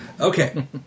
Okay